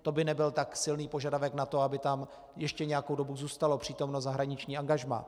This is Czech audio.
To by nebyl tak silný požadavek na to, aby tam ještě nějakou dobu zůstalo přítomno zahraniční angažmá.